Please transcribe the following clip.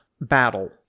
battle